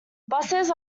buses